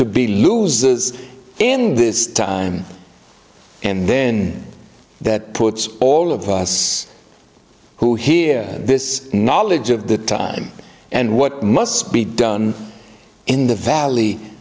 to be losers in this time and then that puts all of us who here this knowledge of the time and what must be done in the valley